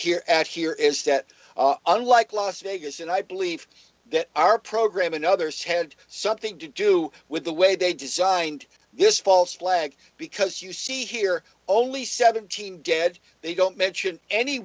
here at here is that unlike las vegas and i believe that our program and others had something to do with the way they designed this false flag because you see here only seventeen dead they don't mention any